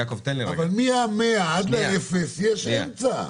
אבל מה-100 עד האפס יש אמצע.